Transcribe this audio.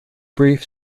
brief